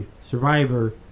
survivor